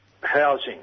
housing